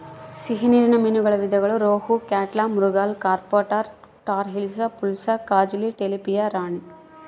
ಸಿಹಿ ನೀರಿನ ಮೀನುಗಳ ವಿಧಗಳು rohu, catla, mrigal, carp tor, tor hilsa, pulasa, kajuli, tilapia ರಾಣಿ